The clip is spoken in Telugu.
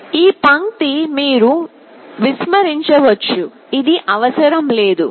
ఈ పంక్తి మీరు విస్మరించవచ్చు ఇది అవసరం లేదు